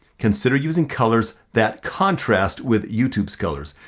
consider using colors that contrast with youtube's colors.